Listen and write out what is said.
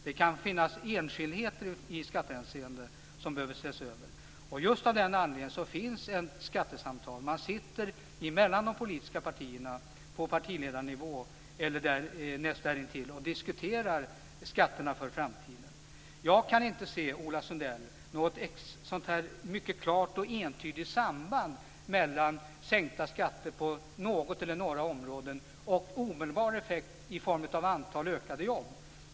Det kan finnas enskildheter som kan behöva ses över i skattehänseende, och just av den anledningen förs det skattesamtal. Man sitter näst intill på partiledarnivå och diskuterar skatterna för framtiden. Jag kan inte se, Ola Sundell, något klart och entydigt samband mellan sänkta skatter på något eller några områden och omedelbara effekter i form av ökat antal jobb.